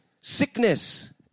sickness